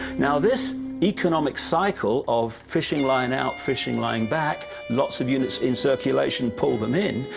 now this economic cycle of fishing line out, fishing line back, lots of units in circulation, pull them in,